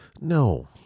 No